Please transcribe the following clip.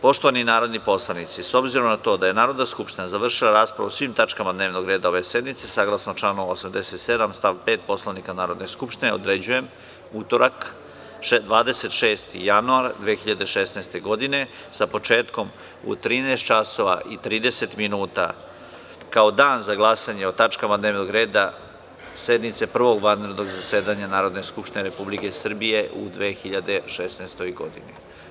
Poštovani narodni poslanici, s obzirom na to da je Narodna skupština završila raspravu dnevnog reda ove sednice, saglasno članu 87. stav 5. Poslovnika Narodne skupštine, određujem utorak 26. januar 2016. godine, sa početkom u 13 časova i 30 minuta, kao dan za glasanje o tačkama dnevnog reda sednice Prvog vanrednog zasedanja Narodne skupštine Republike Srbije u 2016. godini.